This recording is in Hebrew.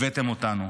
הבאתם אותנו.